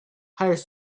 hires